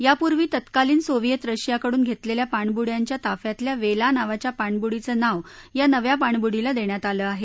यापूर्वी तत्कालीन सोवियत रशियाकडून घेतलेल्या पाणबुङ्यांच्या ताफ्यातल्या वेला नावाच्या पाणबुडीचं नाव या नव्या पाणबुडीला देण्यात आलं आहे